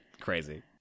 Crazy